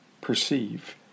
perceive